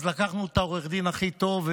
אז לקחנו את עורך הדין הכי טוב,